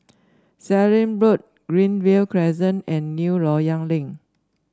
Sallim Road Greenview Crescent and New Loyang Link